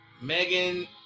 megan